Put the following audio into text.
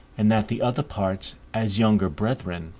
and that the other parts, as younger brethren,